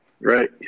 Right